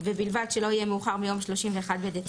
ובלבד שלא יהיה מאוחר מיום 31 בדצמבר.